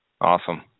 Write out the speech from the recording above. Awesome